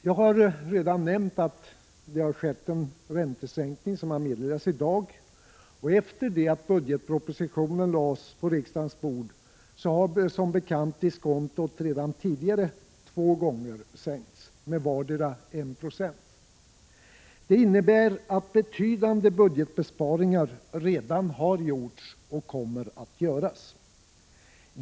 Jag har redan nämnt att det har skett en räntesänkning, som meddelats i dag, och efter det att budgetpropositionen lades på riksdagens bord har diskontot som bekant redan tidigare sänkts två gånger, vardera gången med 1 20. Detta innebär att betydande budgetbesparingar redan har gjorts och kommer att göras.